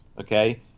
okay